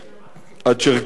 הצ'רקסי.